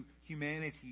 humanity